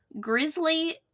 Grizzly